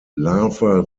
larva